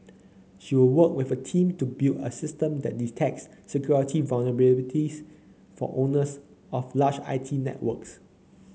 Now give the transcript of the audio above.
she will work with a team to build a system that detects security vulnerabilities for owners of large I T networks